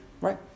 right